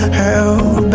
held